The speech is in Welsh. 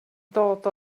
dod